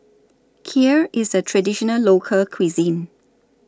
Kheer IS A Traditional Local Cuisine